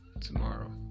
tomorrow